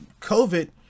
COVID